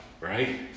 Right